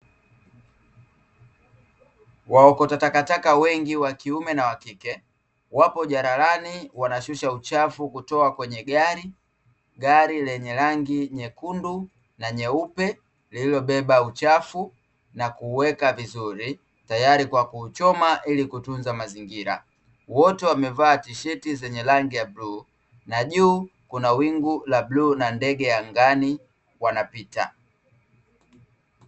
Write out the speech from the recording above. Waokota takataka wengi wakiume na wakike, wapo jalalani wanashusha uchafu kutoa kwenye gari. Gari lenye rangi nyekundu na nyeupe lililobeba uchafu na kuuweka vizuri tayari kwa kuuchoma ili kutunza mazingira, wote wamevaa tisheti zenye rangi ya bluu na juu kuna wingu la bluu na ndege angani wanapita.